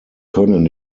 können